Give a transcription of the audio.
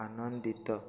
ଆନନ୍ଦିତ